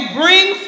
bring